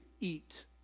eat